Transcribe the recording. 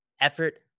Effort